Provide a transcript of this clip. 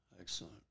Excellent